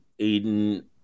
aiden